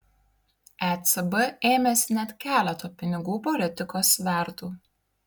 ecb ėmėsi net keleto pinigų politikos svertų